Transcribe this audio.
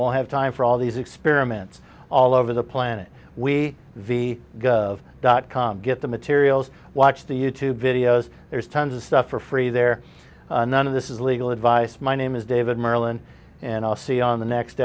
will have time for all these experiments all over the planet we the dot com get the materials watch the youtube videos there's tons of stuff for free there none of this is legal advice my name is david maryland and i'll see on the next